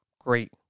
great